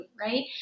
right